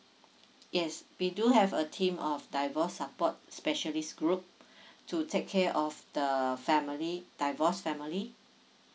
yes we do have a team of divorce support specialists group to take care of the family divorced family